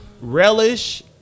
relish